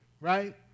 right